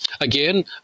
Again